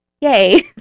yay